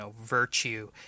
virtue